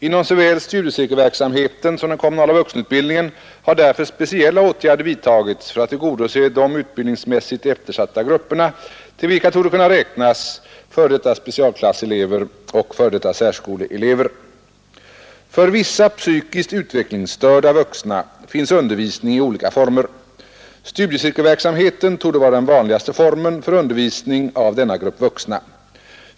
Inom såväl studiecirkelverksamheten som den kommunala vuxenutbildningen har därför speciella åtgärder vidtagits för att tillgodose de utbildningsmässigt eftersatta grupperna, till vilka torde kunna hänföras f. d. specialklasselever och f. d. särskoleelever. För vissa psykiskt utvecklingsstörda vuxna finns undervisning i olika former. Studiecirkelverksamheten torde vara den vanligaste formen för undervisning av denna grupp vuxna.